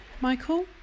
Michael